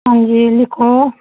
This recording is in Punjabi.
ਹਾਂਜੀ ਲਿਖੋ